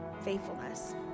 faithfulness